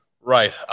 Right